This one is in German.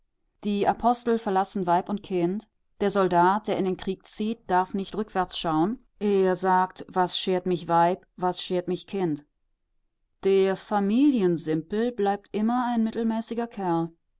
die apostel verlassen weib und kind der soldat der in den krieg zieht darf nicht rückwärts schauen er sagt was schert mich weib was schert mich kind der familiensimpel bleibt immer ein mittelmäßiger kerl